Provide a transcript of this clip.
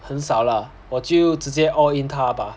很少啦我就直接 all in 他吧